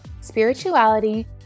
spirituality